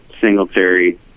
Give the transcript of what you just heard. Singletary